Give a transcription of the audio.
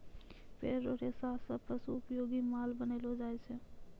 पेड़ रो रेशा से पशु उपयोगी माल बनैलो जाय छै